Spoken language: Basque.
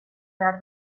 behar